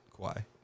Kawhi